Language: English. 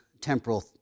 temporal